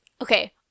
Okay